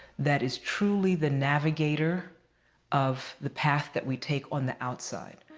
that is truely the navigator of the path, that we take on the outside.